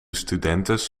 studentes